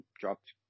dropped